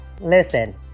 listen